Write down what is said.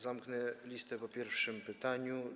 Zamknę listę po pierwszym pytaniu.